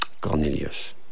Cornelius